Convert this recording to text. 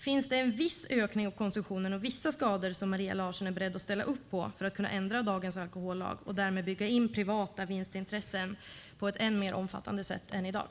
Finns det en viss ökning av konsumtionen och vissa skador som Maria Larsson är beredd att ställa upp på för att kunna ändra dagens alkohollag och därmed bygga in privata vinstintressen på ett än mer omfattande sätt än i dag?